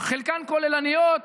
חלקן כוללניות,